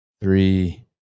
Three